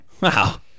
Wow